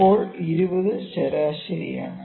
ഇപ്പോൾ 20 ശരാശരിയാണ്